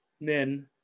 Men